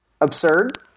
absurd